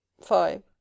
five